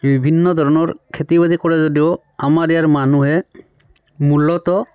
বিভিন্ন ধৰণৰ খেতি বাতি কৰে যদিও আমাৰ ইয়াৰ মানুহে মূলত